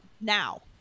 now